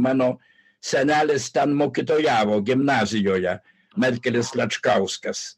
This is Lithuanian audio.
mano senelis ten mokytojavo gimnazijoje merkelis račkauskas